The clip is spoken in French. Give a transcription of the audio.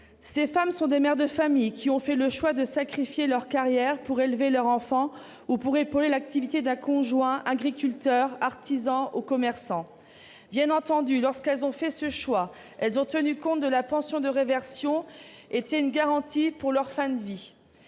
Ces femmes sont des mères de famille qui ont fait le choix de sacrifier leur carrière pour élever leurs enfants ou pour épauler dans son activité un conjoint agriculteur, artisan ou commerçant. Lorsqu'elles ont fait ce choix, elles ont bien entendu pris en compte la pension de réversion, qui était une garantie pour leur fin de vie.